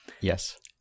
Yes